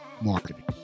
marketing